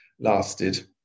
lasted